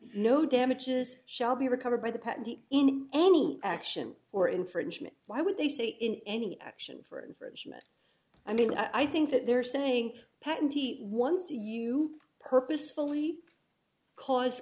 no damages shall be recovered by the patent in any action or infringement why would they say in any action for infringement i mean i think that they're saying patente once you purposefully cause